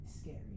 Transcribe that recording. scary